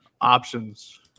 options